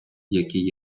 які